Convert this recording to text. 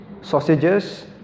sausages